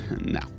No